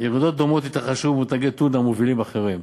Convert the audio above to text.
ירידות דומות התרחשו במותגי טונה מובילים אחרים.